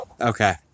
Okay